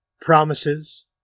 promises